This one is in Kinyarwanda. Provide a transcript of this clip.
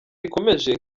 rikomeje